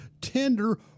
tender